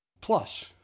Plus